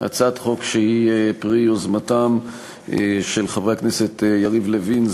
הצעת חוק שהיא פרי יוזמתם של חברי הכנסת יריב לוין,